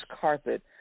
carpet